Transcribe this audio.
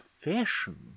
fashion